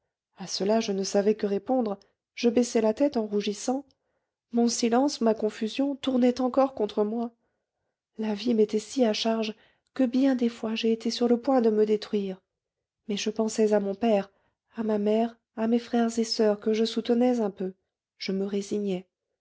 à cela je ne savais que répondre je baissais la tête en rougissant mon silence ma confusion tournaient encore contre moi la vie m'était si à charge que bien des fois j'ai été sur le point de me détruire mais je pensais à mon père à ma mère à mes frères et soeurs que je soutenais un peu je me résignais